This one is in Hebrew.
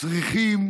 צריכים